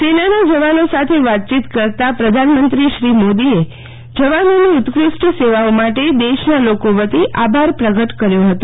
સેનાના જવાનો સાથે વાતચીત કરતા પ્રધાનમંત્રી શ્રી મોદીએ જવાનોની ઉત્કૃષ્ટ સેવાઓ માટે દેશના લોકો વતી આભાર પ્રગટ કર્યો હતો